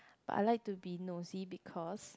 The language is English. but I like to be nosy because